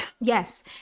Yes